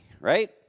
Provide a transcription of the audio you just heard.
right